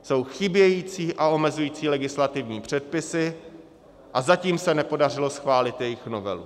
Jsou chybějící a omezující legislativní předpisy a zatím se nepodařilo schválit jejich novelu.